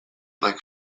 like